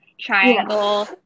triangle